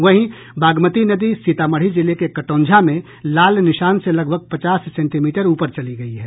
वहीं बागमती नदी सीतामढ़ी जिले के कटौंझा में लाल निशान से लगभग पचास सेंटीमीटर ऊपर चली गयी है